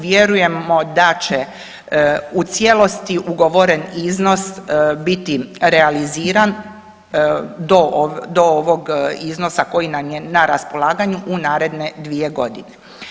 Vjerujemo da će u cijelosti ugovoren iznos biti realiziran do ovog iznosa koji nam je na raspolaganju u naredne 2 godine.